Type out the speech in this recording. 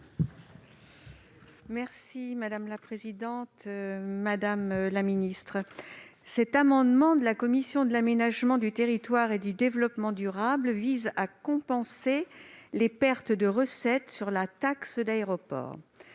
: La parole est à Mme Évelyne Perrot. Cet amendement de la commission de l'aménagement du territoire et du développement durable vise à compenser les pertes de recettes sur la taxe d'aéroport.